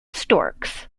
storks